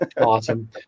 Awesome